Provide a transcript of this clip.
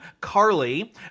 carly